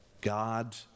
God